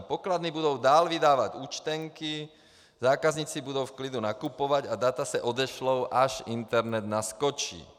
Pokladny budou dál vydávat účtenky, zákazníci budou v klidu nakupovat a data se odešlou, až internet naskočí.